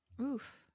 Oof